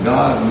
God